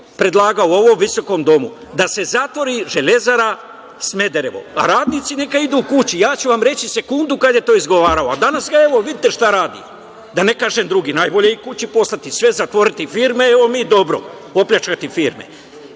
predlagao u ovom visokom domu? Da se zatvori Železara Smederevo, a radnici neka idu kući. Reći ću vam sekundu kada je to izgovarao. Danas ga, evo, vidite šta radi. Da ne kažem drugi. Najbolje ih kući poslati, sve zatvoriti firme, evo, mi dobro. Opljačkati firme.